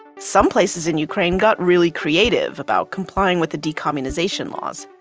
some places in ukraine got really creative about complying with the decommunization laws.